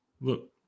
look